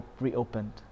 reopened